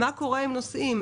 מה קורה אם נוסעים?